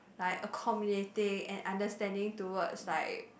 like accommodating and understanding towards like